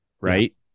right